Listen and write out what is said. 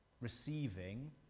receiving